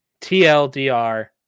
TLDR